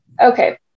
okay